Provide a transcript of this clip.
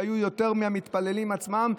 שהיו יותר מהמתפללים עצמם,